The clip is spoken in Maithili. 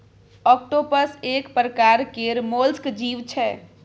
आक्टोपस एक परकार केर मोलस्क जीव छै